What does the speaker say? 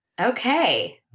Okay